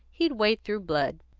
he'd wade through blood.